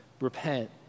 repent